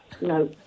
no